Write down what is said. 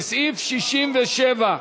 לסעיף 67,